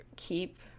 keep